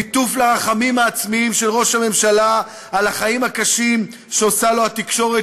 ליטוף לרחמים העצמיים של ראש הממשלה על החיים הקשים שעושה לו התקשורת,